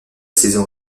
saison